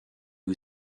who